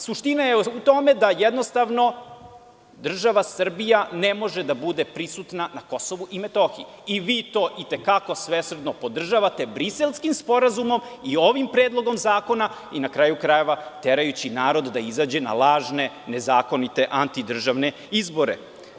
Suština je u tome da jednostavno država Srbija ne može da bude prisutna na Kosovu i Metohiji i vi to i te kako svesrdno podržavate Briselskim sporazumom i ovim predlogom zakona i, na kraju krajeva, terajući narod da izađe na lažne, nezakonite i antidržavne izbore.